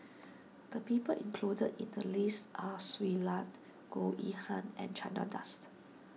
the people included in the list are Shui Lan Goh Yihan and Chandra Das